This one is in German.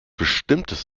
bestimmtes